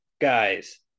guys